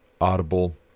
Audible